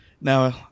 Now